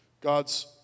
God's